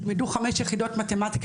תלמדו חמש יחידות מתמטיקה,